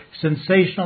sensational